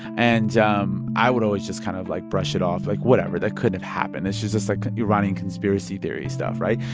and um i would always just kind of, like, brush it off, like, whatever. that couldn't have happened. that's just like iranian conspiracy theory stuff, right?